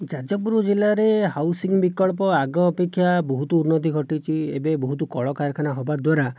ଯାଜପୁର ଜିଲ୍ଲାରେ ହାଉସିଂ ବିକଳ୍ପ ଆଗ ଅପେକ୍ଷା ବହୁତ ଉନ୍ନତି ଘଟିଛି ଏବେ ବହୁତ କଳକାରଖାନା ହେବା ଦ୍ଵାରା